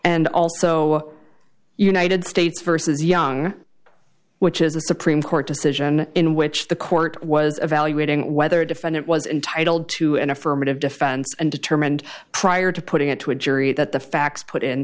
nd also united states versus young which is a supreme court decision in which the court was evaluating whether a defendant was intitled to an affirmative defense and determined prior to putting it to a jury that the facts put in